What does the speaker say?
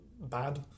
bad